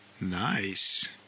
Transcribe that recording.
Nice